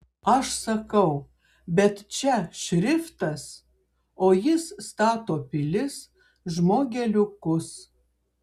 aš sakau bet čia šriftas o jis stato pilis žmogeliukus